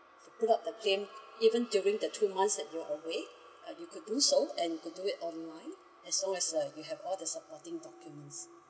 put up the claim even during the two months that you are away and you could do so and you could do it online as long as that you have all the supporting documents